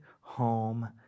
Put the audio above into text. home